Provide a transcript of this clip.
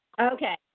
Okay